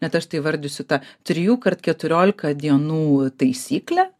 bet aš tai įvardysiu tą trijų kart keturiolika dienų taisyklę